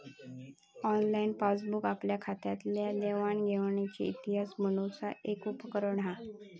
online passbook आपल्या खात्यातल्या देवाण घेवाणीचो इतिहास बघुचा एक उपकरण हा